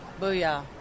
Booyah